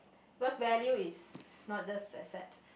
cause value is not just asset